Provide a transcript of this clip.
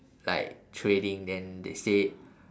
like trading then they say